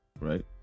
right